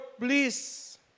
please